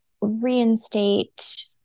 reinstate